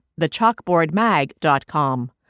thechalkboardmag.com